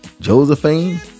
Josephine